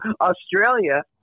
Australia